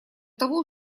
того